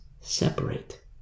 separate